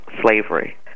slavery